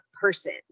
person